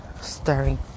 stirring